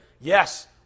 yes